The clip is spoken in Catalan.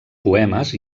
poemes